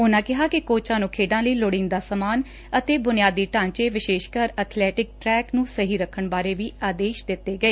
ਉਨੂਾਂ ਕਿਹਾ ਕਿ ਕੋਚਾਂ ਨੂੰ ਖੇਡਾਂ ਲਈ ਲੋੜੀਦਾ ਸਾਮਾਨ ਅਤੇ ਬੁਨਿਆਦੀ ਢਾਂਚੇ ਵਿਸ਼ੇਸ਼ ਕਰ ਅਥਲੈਟਿਕ ਟਰੈਕ ਨੂੰ ਸਹੀ ਰੱਖਣ ਬਾਰੇ ਵੀ ਆਦੇਸ਼ ਦਿੱਤੇ ਗਏ